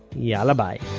yalla bye